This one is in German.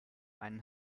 einen